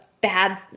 bad